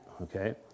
Okay